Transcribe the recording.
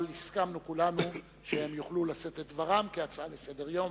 אבל הסכמנו כולנו שהם יוכלו לשאת את דברם כהצעה לסדר-היום.